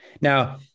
Now